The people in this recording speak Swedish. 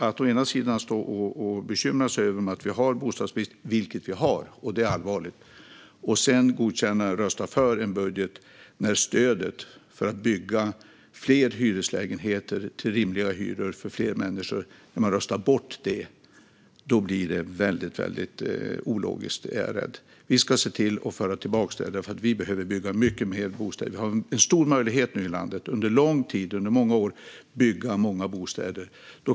Att å ena sidan stå och bekymra sig över att vi har bostadsbrist - vilket vi har, och det är allvarligt - och å andra sidan godkänna och rösta för en budget där stödet för att bygga fler hyreslägenheter till rimliga hyror för fler människor röstas bort är väldigt ologiskt, är jag rädd. Vi ska se till att föra tillbaka stödet, för vi behöver bygga mycket mer bostäder. Vi har nu en stor möjlighet i landet att under lång tid bygga många bostäder.